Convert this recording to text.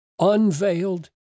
unveiled